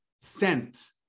scent